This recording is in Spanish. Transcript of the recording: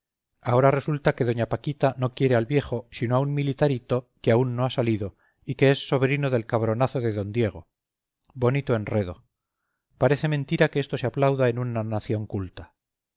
ahora resulta que doña paquita no quiere al viejo sino a un militarito que aún no ha salido y que es sobrino del cabronazo de don diego bonito enredo parece mentira que esto se aplauda en una nación culta